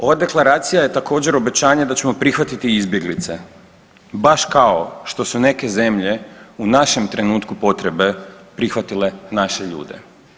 Ova deklaracija je također obećanje da ćemo prihvatiti izbjeglice baš kao što su neke zemlje u našem trenutku potrebe prihvatile naše ljude.